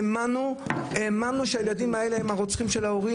האמנו שהילדים האלה הם הרוצחים של ההורים,